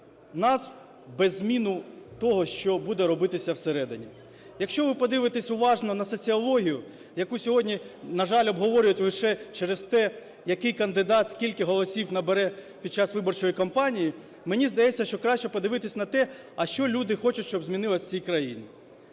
нас без зміни того, що буде робитися всередині? Якщо ви подивитесь уважно на соціологію, яку сьогодні, на жаль, обговорюють лише через те, який кандидат скільки голосів набере під час виборчої кампанії, мені здається, що краще подивитися на те, а що люди хочуть, щоб змінилось у цій країні.